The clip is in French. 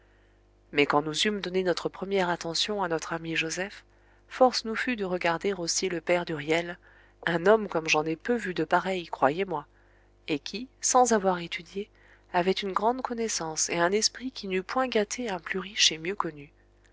mais quand nous eûmes donné notre première attention à notre ami joseph force nous fut de regarder aussi le père d'huriel un homme comme j'en ai peu vu de pareils croyez-moi et qui sans avoir étudié avait une grande connaissance et un esprit qui n'eût point gâté un plus riche et mieux connu